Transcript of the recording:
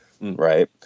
right